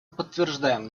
подтверждаем